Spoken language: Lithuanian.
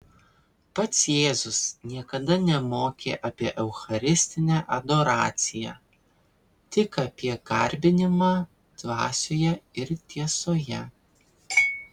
pats jėzus niekada nemokė apie eucharistinę adoraciją tik apie garbinimą dvasioje ir tiesoje